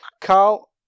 Carl